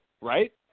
Right